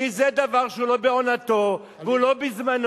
כי זה דבר שהוא לא בעונתו והוא לא בזמנו.